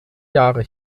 jahre